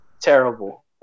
terrible